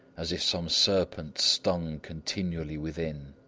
as if some serpent stung continually within.